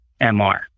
MR